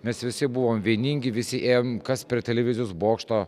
mes visi buvo vieningi visi ėjom kas prie televizijos bokšto